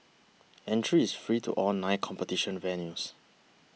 entry is free to all nine competition venues